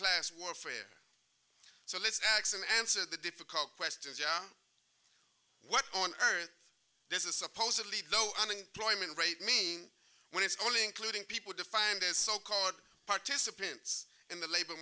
class warfare so let's erickson answer the difficult questions what on earth this is supposedly the low unemployment rate mean when it's only including people defined as so called participants in the labor